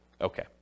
Okay